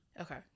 okay